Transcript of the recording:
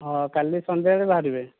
ହଁ କାଲି ସନ୍ଧ୍ୟାବେଳେ ବାହାରିବେ